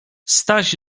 staś